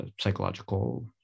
psychological